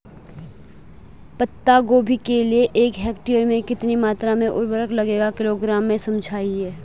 पत्ता गोभी के लिए एक हेक्टेयर में कितनी मात्रा में उर्वरक लगेगा किलोग्राम में समझाइए?